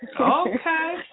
Okay